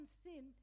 sin